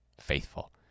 faithful